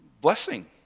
blessing